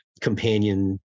companion